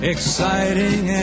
Exciting